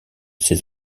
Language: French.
ses